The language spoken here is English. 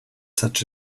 such